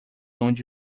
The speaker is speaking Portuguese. onde